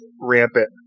rampant